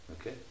Okay